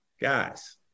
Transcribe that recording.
guys